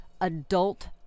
adult